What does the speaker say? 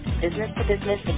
business-to-business